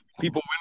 people